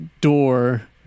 door